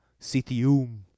Sithium